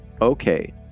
okay